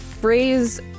phrase